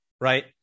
right